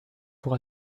pour